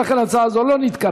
ולכן הצעה זו לא נתקבלה.